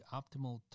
optimal